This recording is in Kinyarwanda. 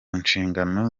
nshingano